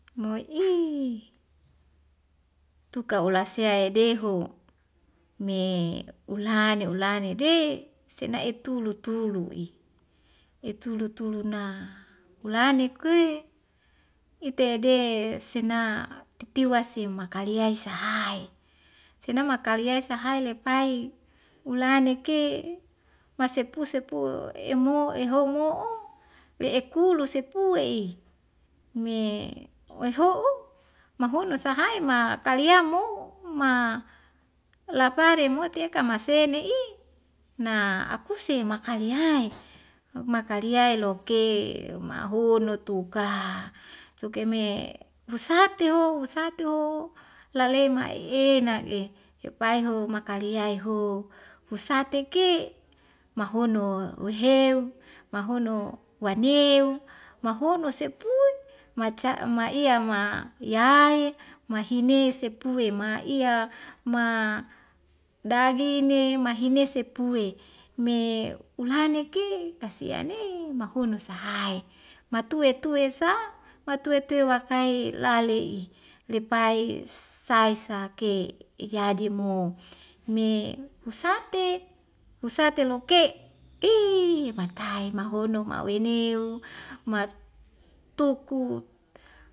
Moi'i tuka ulosea ya deho me ulane ulane de senai'etulu tulu'i etulu tuluna ulane kwe itede sena titiwa simakaliay sahae e senamakaliay sahaile pai ulane ke masepu sepu emo ehomo'o me ekulu sepue'i me waiho'u mahuno sahai ma kalia mou ma lapare mote ya kamasene'i na akuse makaliay makaliay loke mahono tuka tukeme husate ho husate ho lalema'i ena'e yupaiho makaliay ho husate ke mahono weheu mahono waneu mahono sepui maca' maiya ma yai mahine sepeu maiya ma dagine mahinese pue me ulaneke kasiane mahunu sahae matue tue sa matue tue wakae lale'i lepai sai sa ke jadi mo me husate husate loke' iiii mata e mahono ma'weneu mat tukut